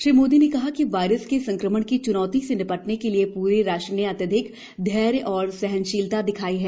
श्री मोदी ने कहा कि वायरस के संक्रमण की च्नौती से निपटने के लिए पूरे राष्ट्र ने अत्यधिक धैर्य और सहनशीलता दिखाई है